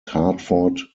hartford